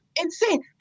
insane